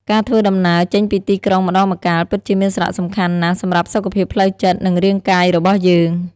ការធ្វើដំណើរចេញពីទីក្រុងម្តងម្កាលពិតជាមានសារៈសំខាន់ណាស់សម្រាប់សុខភាពផ្លូវចិត្តនិងរាងកាយរបស់យើង។